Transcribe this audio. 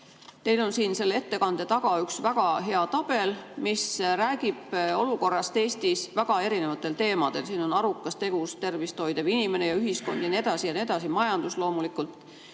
Teil on siin selle ettekande taga üks väga hea tabel, mis räägib olukorrast Eestis väga erinevatel teemadel. Siin on arukas, tegus, tervist hoidev inimene ja ühiskond, jne, jne, majandus loomulikult.